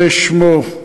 זה שמו,